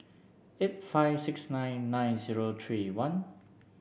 eight five six nine nine zero three one